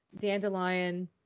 dandelion